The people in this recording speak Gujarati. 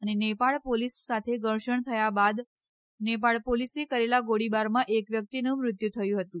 અને નેપાળ પોલીસ સાથે ઘર્ષણ થયા બાદ નેપાળ પોલીસે કરેલા ગોળીબારમાં એક વ્યક્તિનું મૃત્યુ થયું હતું